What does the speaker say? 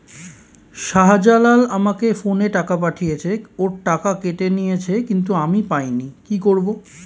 শাহ্জালাল আমাকে ফোনে টাকা পাঠিয়েছে, ওর টাকা কেটে নিয়েছে কিন্তু আমি পাইনি, কি করব?